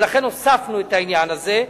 ולכן הוספנו את העניין הזה,